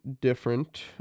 different